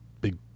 big